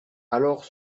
alors